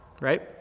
right